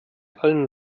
allen